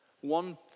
One